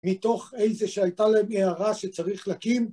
מתוך איזה שהייתה להם הערה שצריך להקים.